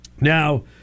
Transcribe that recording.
Now